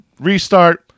Restart